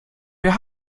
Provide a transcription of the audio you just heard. wer